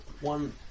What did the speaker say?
one